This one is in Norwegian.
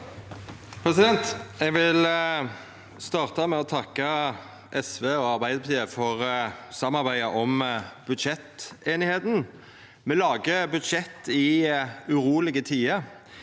Eg vil starta med å takka SV og Arbeidarpartiet for samarbeidet om budsjetteinigheita. Me lagar budsjett i urolege tider.